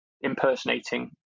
impersonating